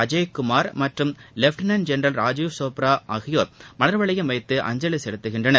அஜய் குமார் மற்றும் lieutenant general Rajiv Chopra ஆகியோா் மவர் வளையம் வைத்து அஞ்சலி செலுத்துகின்றனர்